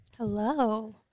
Hello